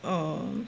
uh